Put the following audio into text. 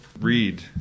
read